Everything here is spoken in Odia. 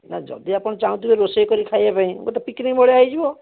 ନା ଯଦି ଆପଣ ଚାହୁଁଥିବେ ରୋଷେଇ କରିକି ଖାଇବା ପାଇଁ ଗୋଟେ ପିକ୍ନିକ୍ ଭଳିଆ ହେଇଯିବ